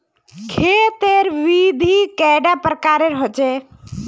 खेत तेर विधि कैडा प्रकारेर होचे?